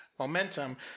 momentum